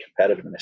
competitiveness